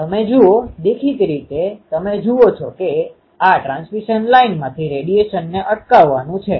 તમે જુઓ દેખીતી રીતે તમે જુઓ છો કે આ ટ્રાન્સમિશન લાઇનમાંથી રેડિયેશનને અટકાવવાનું છે